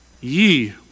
ye